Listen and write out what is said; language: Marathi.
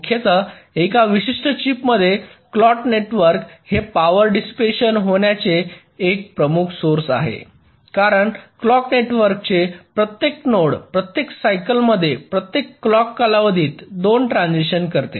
मुख्यत एका विशिष्ट चिपमध्ये क्लॉक नेटवर्क हे पावर डिसिपेशन होण्याचे एक प्रमुख सोर्स आहे कारण क्लॉक नेटवर्कचे प्रत्येक नोड प्रत्येक सायकलमध्ये प्रत्येक क्लॉक कालावधीत 2 ट्रान्झिशन करते